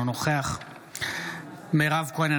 אינו נוכח מירב כהן,